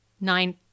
nine